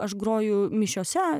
aš groju mišiose